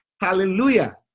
hallelujah